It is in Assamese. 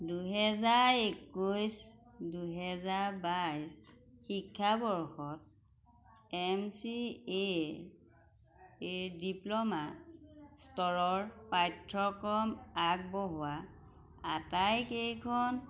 দুহেজাৰ একৈছ দুহেজাৰ বাইছ শিক্ষাবৰ্ষত M C A or diploma স্তৰৰ পাঠ্যক্ৰম আগবঢ়োৱা আটাইকেইখন